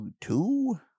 two